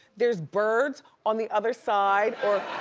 there's birds on the other side, or